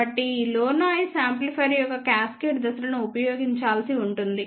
కాబట్టి ఈ low noise amplifier యొక్క క్యాస్కేడ్ దశలను ఉపయోగించాల్సి ఉంటుంది